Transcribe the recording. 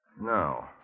No